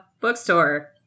bookstore